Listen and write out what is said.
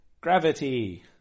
gravity